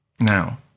Now